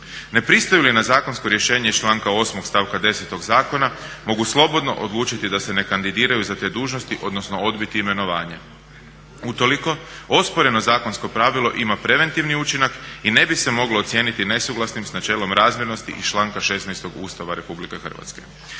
Ne pristaju li na zakonsko rješenje iz članka 8.stavka 10.zakona mogu slobodno odlučiti da se ne kandidiraju za te dužnosti odnosno odbiti imenovanje. Utoliko osporeno zakonsko pravilo ima preventivni učinak i ne bi se moglo ocijeniti nesuglasnim s načelom razmjernosti iz članka 16. Ustava RH." Dakle,